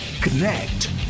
connect